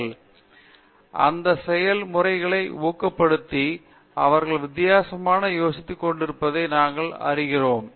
பேராசிரியர் பிரதாப் ஹரிதாஸ் அந்த செயல் முறைகளை ஊக்கப்படுத்தி அவர்கள் வித்தியாசமாக யோசித்து கோண்டிருப்பதை நாங்கள் அறிகிறோம்